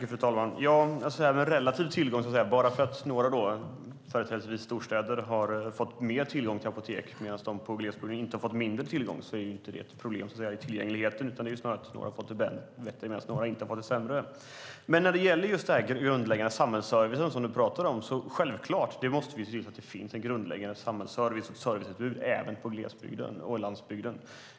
Fru talman! Att några, företrädesvis i storstäder, har fått större tillgång till apotek medan de i glesbygden inte har fått mindre tillgång innebär inte ett problem när det gäller tillgängligheten. Det är snarare så att några fått det bättre och några inte fått det sämre. När det gäller den grundläggande samhällsservice du talar om, Lennart Axelsson, måste vi självklart se till att det finns ett grundläggande samhällsserviceutbud även i glesbygden och på landsbygden.